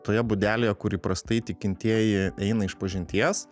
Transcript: toje būdelėje kur įprastai tikintieji eina išpažinties